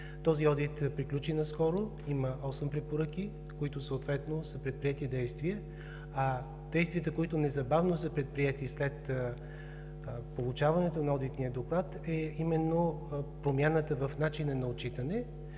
Този одит приключи наскоро – има осем препоръки, по които съответно са предприети действия, а действията които незабавно са предприети след получаването на одитния доклад, са именно промяната в начина на отчитане